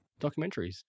documentaries